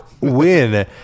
win